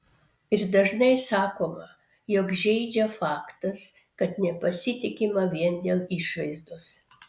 ir dažnai sakoma jog žeidžia faktas kad nepasitikima vien dėl išvaizdos